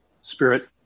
spirit